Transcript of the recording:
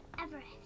Everest